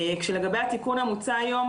לגבי התיקון המוצע היום,